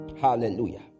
Hallelujah